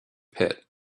pit